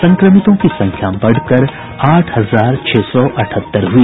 संक्रमितों की संख्या बढ़कर आठ हजार छह सौ अठहत्तर हुई